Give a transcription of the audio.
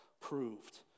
proved